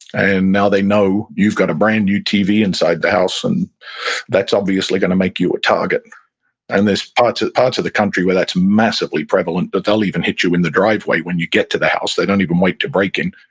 and now they know you've got a brand-new tv inside the house, and that's obviously going to make you a target and there's parts of parts of the country where that's massively prevalent. but they'll even hit you in the driveway when you get to the house. they don't even wait to break in.